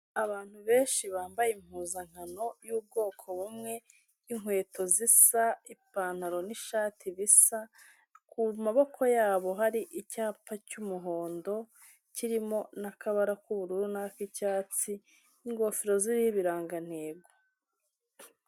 Abantu benshi bambaye impuzankano y'ubwoko bumwe, inkweto zisa, ipantaro n'ishati bisa, ku maboko yabo hari icyapa cy'umuhondo kirimo n'akabara k'ubururu n'ak'icyatsi, ingofero ziriho ibirangantego.